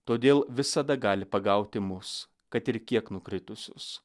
todėl visada gali pagauti mus kad ir kiek nukritusius